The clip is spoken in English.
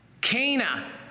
Cana